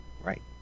Right